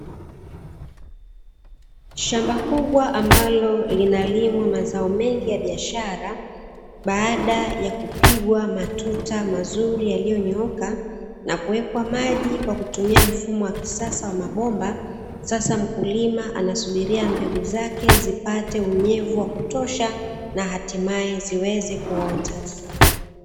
Shamba kubwa ambalo linalimwa mazao mengi ya biashara, baada ya kupigwa matuta mazuri yaliyo nyooka na kuwekwa maji kwa kutumia mfumo wa kisasa wa mabomba, sasa mkulima anasubiria mbegu zake zipate unyevu wa kutosha na hatimaye zipate kuota.